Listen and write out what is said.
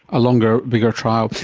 a longer, bigger trial.